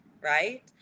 right